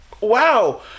wow